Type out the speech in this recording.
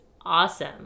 awesome